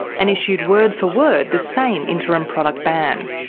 and issued word for word the same interim product ban.